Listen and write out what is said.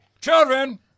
Children